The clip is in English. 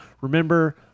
Remember